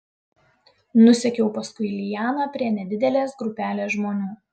nusekiau paskui lianą prie nedidelės grupelės žmonių